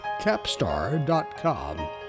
capstar.com